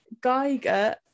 Geiger